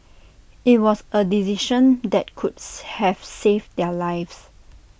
IT was A decision that could have saved their lives